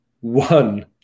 one